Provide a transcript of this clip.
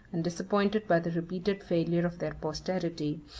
and disappointed by the repeated failure of their posterity,